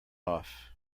off